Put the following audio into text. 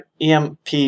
EMP